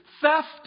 theft